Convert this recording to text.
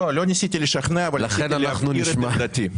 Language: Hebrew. לא ניסיתי לשכנע אבל רציתי להבהיר את עמדתי.